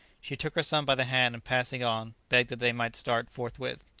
she took her son by the hand, and passing on, begged that they might start forthwith.